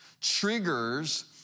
triggers